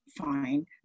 fine